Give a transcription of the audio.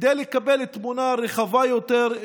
כדי לקבל תמונה רחבה יותר,